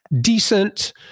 decent